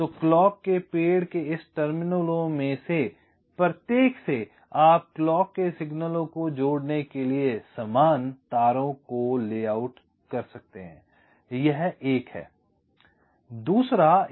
तो क्लॉक के पेड़ के इस टर्मिनलों में से प्रत्येक से आप क्लॉक के संकेतों को जोड़ने के लिए समान तारों को लेआउट कर सकते हैं यह एक है